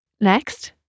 Next